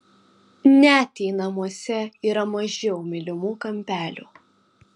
net jei namuose yra mažiau mylimų kampelių